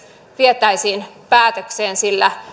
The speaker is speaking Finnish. vietäisiin päätökseen sillä